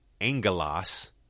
angelos